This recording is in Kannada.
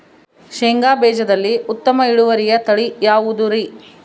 ಶೇಂಗಾ ಬೇಜದಲ್ಲಿ ಉತ್ತಮ ಇಳುವರಿಯ ತಳಿ ಯಾವುದುರಿ?